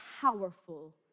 powerful